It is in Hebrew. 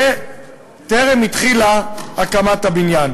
וטרם התחילה הקמת הבניין.